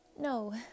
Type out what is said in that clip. no